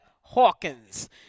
Hawkins